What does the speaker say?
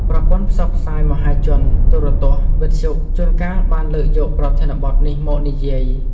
ប្រព័ន្ធផ្សព្វផ្សាយមហាជន ទូរទស្សន៍ វិទ្យុ ជួនកាលបានលើកយកប្រធានបទនេះមកនិយាយ។